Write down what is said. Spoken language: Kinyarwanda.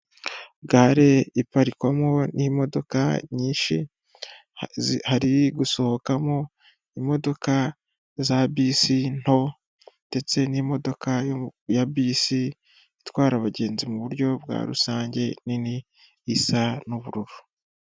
Gare iparikwamo n'imodoka nyinshi, hari gusohokamo imodoka za bisi nto ndetse n'imodoka ya bisi itwara abagenzi muburyo bwa rusange nini isa n'ubururu.